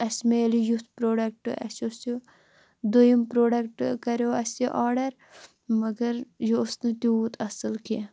اَسہِ میٚلہِ یُتھ پرٛوڈکٹ اسہِ اوس یہِ دۄیِم پرٛوڈکٹ کَریٚو اسہِ یہِ آرڈَر مگر یہِ اوس نہٕ تیوٗت اصٕل کیٚنٛہہ